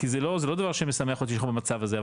כי זה לא זה לא דבר שמשמח אותי במצב הזה,